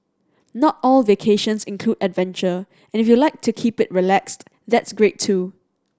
not all vacations include adventure and if you like to keep it relaxed that's great too